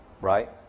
Right